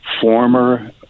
former